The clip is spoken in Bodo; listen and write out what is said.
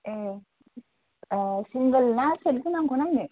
ए अ सिंगोल ना सेट गोनांखौ नायनो